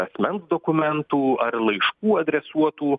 asmens dokumentų ar laiškų adresuotų